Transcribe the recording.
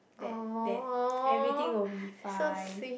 that that everything will be fine